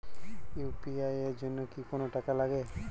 UPI এর জন্য কি কোনো টাকা লাগে?